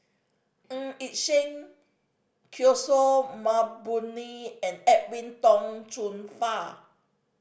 Ng Yi Sheng Kishore Mahbubani and Edwin Tong Chun Fai